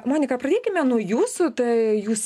monika pradėkime nuo jūsų tai jūs